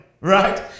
right